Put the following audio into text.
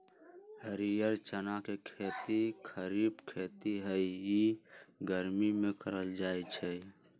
हरीयर चना के खेती खरिफ खेती हइ इ गर्मि में करल जाय छै